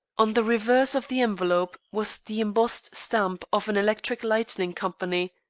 on the reverse of the envelope was the embossed stamp of an electric-lighting company,